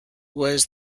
was